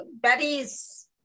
Betty's